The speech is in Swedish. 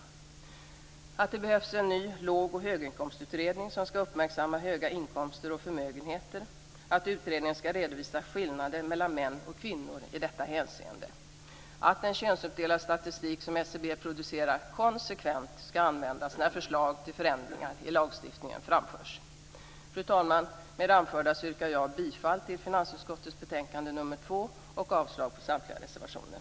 Vidare ger vi regeringen till känna att det behövs en ny låg och höginkomstutredning som skall uppmärksamma höga inkomster och förmögenheter, att utredningen skall redovisa skillnader mellan män och kvinnor i detta hänseende samt att den könsuppdelade statistik som SCB producerar konsekvent skall användas när förslag till förändringar i lagstiftningen framförs. Fru talman! Med det anförda yrkar jag bifall till hemställan i finansutskottets betänkande nr 2 och avslag på samtliga reservationer.